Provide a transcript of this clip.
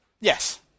Yes